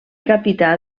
capità